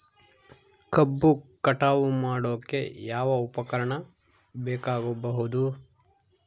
ಕಬ್ಬು ಕಟಾವು ಮಾಡೋಕೆ ಯಾವ ಉಪಕರಣ ಬೇಕಾಗಬಹುದು?